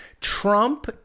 Trump